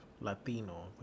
Latino